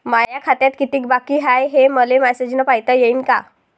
माया खात्यात कितीक बाकी हाय, हे मले मेसेजन पायता येईन का?